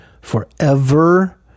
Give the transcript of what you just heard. forever